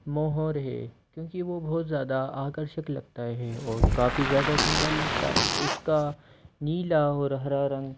मोर है क्योंकि वो बहुत ज़्यादा आकर्षक लगता है और काफ़ी ज़्यादा सुंदर लगता है उसका नीला और हरा रंग